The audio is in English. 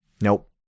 Nope